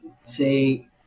say